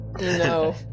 no